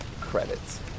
credits